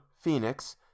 Phoenix